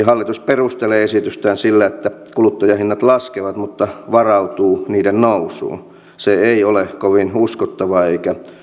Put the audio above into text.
hallitus perustelee esitystään sillä että kuluttajahinnat laskevat mutta varautuu niiden nousuun se ei ole kovin uskottavaa eikä